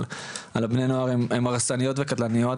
אבל על הבני נוער הן הרסניות וקטלניות,